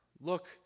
Look